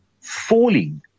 falling